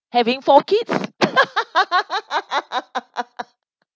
having four kids